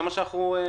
זה מה שאנחנו מבקשים.